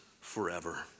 forever